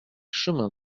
chemin